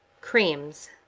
creams